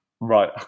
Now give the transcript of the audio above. Right